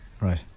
right